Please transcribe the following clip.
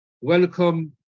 welcome